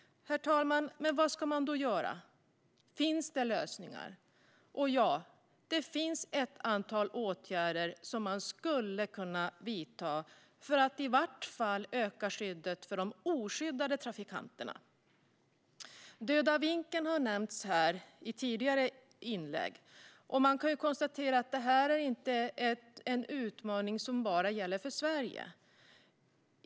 Herr talman! Vad ska man då göra? Finns det lösningar? Ja, det finns ett antal åtgärder som man skulle kunna vidta för att i varje fall öka skyddet för de oskyddade trafikanterna. Döda vinkeln har nämnts i tidigare inlägg. Detta är inte en utmaning som bara gäller i Sverige.